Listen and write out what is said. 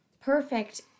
perfect